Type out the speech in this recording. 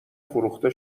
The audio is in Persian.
فروخته